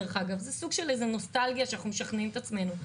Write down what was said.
זה סוג של נוסטלגיה שאנחנו משכנעים את עצמנו,